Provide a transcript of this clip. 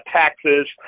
taxes